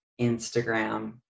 Instagram